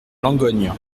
langogne